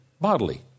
bodily